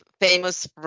famous